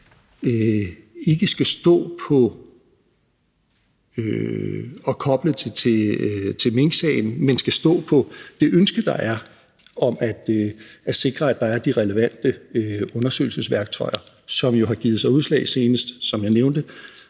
ikke skal stå på og koble til minksagen, men at den skal stå på det ønske, der er om at sikre, at der er de relevante undersøgelsesværktøjer, som jo senest har givet sig udslag i – som jeg nævnte